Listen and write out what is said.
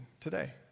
today